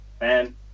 man